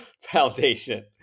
foundation